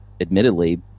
admittedly